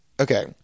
Okay